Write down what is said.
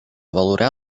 valorar